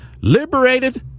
liberated